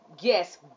Yes